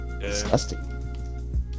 Disgusting